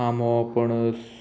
आमो पणस